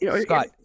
Scott